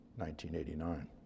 1989